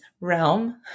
realm